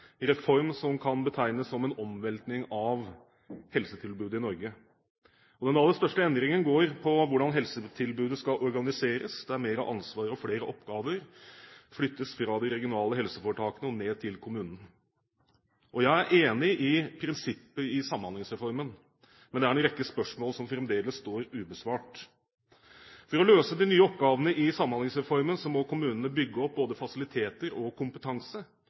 reform som kan betegnes som en omveltning av helsetilbudet i Norge. Den aller største endringen går på hvordan helsetilbudet skal organiseres, der mer ansvar og flere oppgaver flyttes fra de regionale helseforetakene ned til kommunene. Jeg er enig i prinsippet i Samhandlingsreformen, men det er en rekke spørsmål som fremdeles står ubesvart. For å løse de nye oppgavene i Samhandlingsreformen må kommunene bygge opp både fasiliteter og kompetanse,